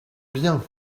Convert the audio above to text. bien